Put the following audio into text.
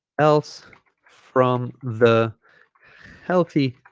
else from the healthy